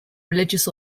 religious